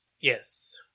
yes